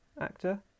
actor